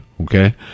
Okay